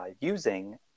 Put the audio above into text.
using